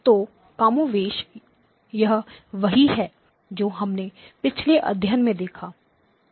तो कमोवेश यह वही है जो हमने पिछले अध्याय में देखा